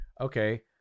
okay